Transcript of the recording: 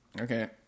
Okay